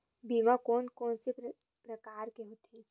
बीमा कोन कोन से प्रकार के होथे?